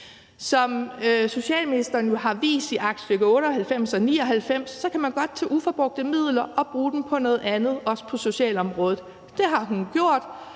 Som socialministeren jo har vist i aktstykke 98 og 99, kan man godt tage uforbrugte midler og bruge dem på noget andet, også på socialområdet. Det har hun gjort.